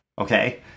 okay